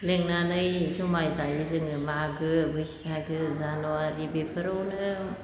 लेंनानै जमायै जायो जोङो मागो बैसागो जानुवारि बेफोरावनो